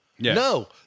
No